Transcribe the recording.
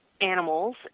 animals